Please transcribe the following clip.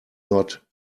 not